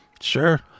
sure